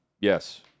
Yes